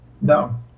No